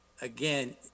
Again